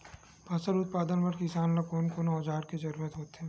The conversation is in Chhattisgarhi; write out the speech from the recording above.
फसल उत्पादन बर किसान ला कोन कोन औजार के जरूरत होथे?